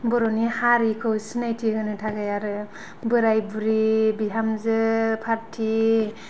बर'नि हारिखौ सिनायथि होनो थाखाय आरो बोराय बुरि बिहामजो पार्टि